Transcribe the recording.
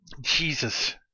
Jesus